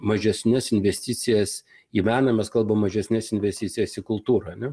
mažesnes investicijas į menamas mes kalbam mažesnes investicijas į kultūrą